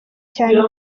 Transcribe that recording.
cyane